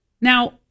Now